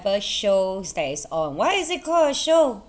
shows that is on why is it called a show